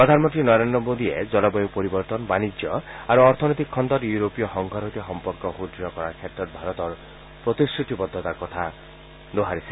প্ৰধানমন্তী নৰেন্দ্ৰ মোদীয়ে জলবায়ূ পৰিৱৰ্তন বাণিজ্য আৰু অৰ্থনৈতিক ক্ষেত্ৰত ইউৰোপীয় সংঘৰ সৈতে সম্পৰ্ক সুদৃঢ় কৰাৰ ক্ষেত্ৰত ভাৰতৰ প্ৰতিশ্ৰুতিবদ্ধতাৰ কথা দোহাৰিছে